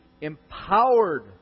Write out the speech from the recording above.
empowered